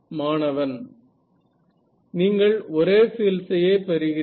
மாணவன் நீங்கள் ஒரே பீல்ட்ஸ் யே பெறுகிறீர்கள்